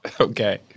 Okay